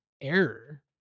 error